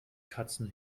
katzen